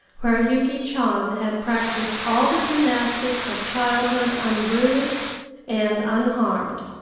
where yuki chan had practised all the gymnastics of childhood unbruised and unharmed.